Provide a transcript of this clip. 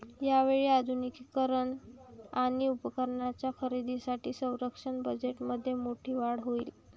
यावेळी आधुनिकीकरण आणि उपकरणांच्या खरेदीसाठी संरक्षण बजेटमध्ये मोठी वाढ होईल